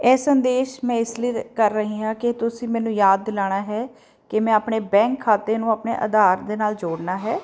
ਇਹ ਸੰਦੇਸ਼ ਮੈਂ ਇਸ ਲਈ ਕਰ ਰਹੀ ਹਾਂ ਕਿ ਤੁਸੀਂ ਮੈਨੂੰ ਯਾਦ ਦਿਲਾਣਾ ਹੈ ਕਿ ਮੈਂ ਆਪਣੇ ਬੈਂਕ ਖਾਤੇ ਨੂੰ ਆਪਣੇ ਆਧਾਰ ਦੇ ਨਾਲ ਜੋੜਨਾ ਹੈ